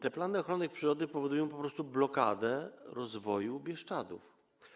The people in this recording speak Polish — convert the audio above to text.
Te plany ochrony przyrody powodują po prostu blokadę rozwoju Bieszczadów.